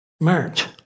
March